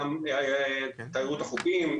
אלא גם בתיירות החופים,